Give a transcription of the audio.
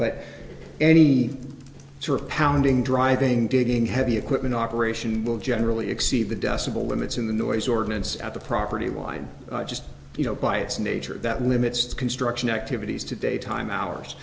but any sort of pounding driving digging heavy equipment operation will generally exceed the decibel limits in the noise ordinance at the property line just you know by its nature that limits construction activities to daytime hours